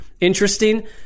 interesting